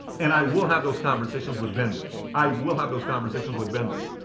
and i will have those conversations with vendors. i will have those conversations with vendors.